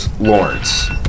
Lawrence